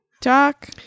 talk